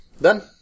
Done